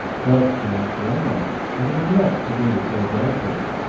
but he must warn them that he was not to be so dealt with,